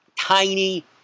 tiny